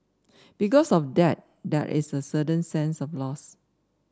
because of that there is a certain sense of loss